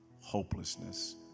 hopelessness